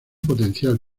potencial